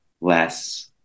less